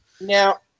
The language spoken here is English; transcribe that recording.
Now